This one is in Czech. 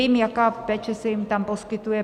Vím, jaká péče se jim tam poskytuje.